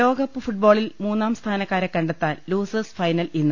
ലോകകപ്പ് ഫുട്ബോളിൽ മൂന്നാം സ്ഥാനക്കാരെ കണ്ടെത്താൻ ലൂസേഴ്സ് ഫൈനൽ ഇന്ന്